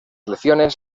elecciones